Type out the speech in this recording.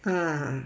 ah